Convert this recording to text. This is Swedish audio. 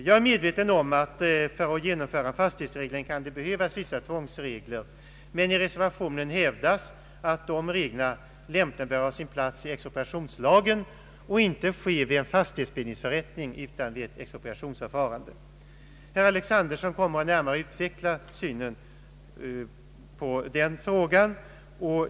Jag är medveten om att det kan behövas vissa tvångsregler för att genomföra en fastighetsreglering, men i reservationen hävdas att dessa regler lämpligen bör ha sin plats i expropriationslagen och inte tillämpas vid en fastighetsbildningsförrättning utan vid ett expropriationsförfarande. Herr Alexanderson kommer att närmare utveckla vår syn på denna fråga.